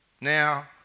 Now